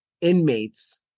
inmates